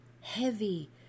heavy